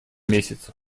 месяцев